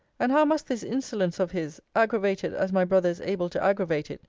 and how must this insolence of his, aggravated as my brother is able to aggravate it,